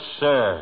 sir